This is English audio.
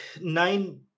nine